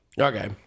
Okay